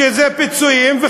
שזה פיצויים,